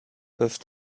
peuvent